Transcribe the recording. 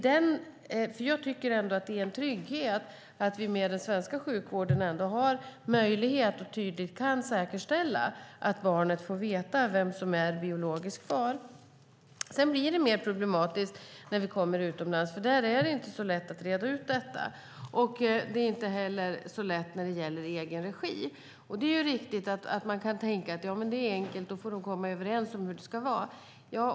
Det är en trygghet att vi med den svenska sjukvården tydligt kan säkerställa att barnet får veta vem som är biologisk far. Det blir dock mer problematiskt när vi kommer utomlands, för där är det inte så lätt att reda ut detta. Det är inte heller så lätt när det gäller i egen regi. Man kan tänka att det är enkelt, att de inblandade får komma kom överens om hur det ska vara.